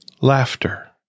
Laughter